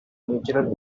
natural